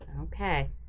Okay